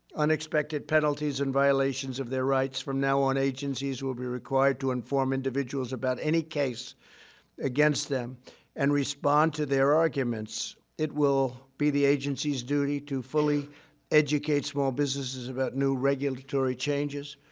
unexpected penalties, and violations of their rights. from now on, agencies will be required to inform individuals about any case against them and respond to their arguments. it will be the agency's duty to fully educate small businesses about new regulatory changes.